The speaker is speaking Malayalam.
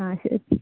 ആ ശരി